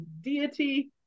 deity